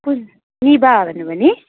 कुन रिबा भन्नु भयो नि